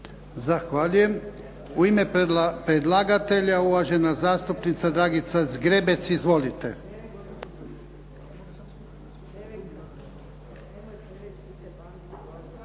Zahvaljujem. U ime predlagatelja uvažena zastupnica Dragica Zgrebec. Izvolite.